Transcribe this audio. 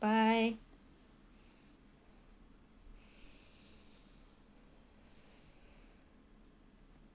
bye